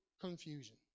confusion